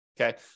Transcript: okay